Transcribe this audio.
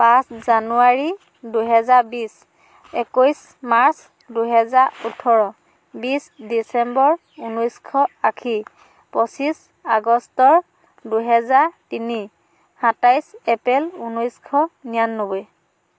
পাঁচ জানুৱাৰী দুই হাজাৰ বিছ একৈছ মাৰ্চ দুই হাজাৰ ওঁঠৰ বিছ ডিচেম্বৰ ঊনৈছশ আশী পঁচিছ আগষ্ট দুই হাজাৰ তিনি সাতাইছ এপ্ৰিল উনৈছশ নিৰান্নবৈ